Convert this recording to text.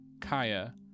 Kaya